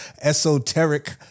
esoteric